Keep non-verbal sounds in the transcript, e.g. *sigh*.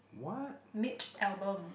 what *breath*